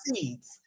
seeds